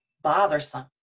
bothersome